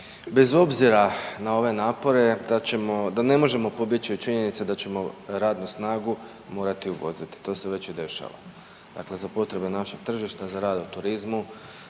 bez obzira na ove napore da ćemo, da ne možemo pobjeći od činjenice da ćemo radnu snagu morati uvoziti. To se već i dešava. Dakle, za potrebe našeg tržišta, za rad u turizmu,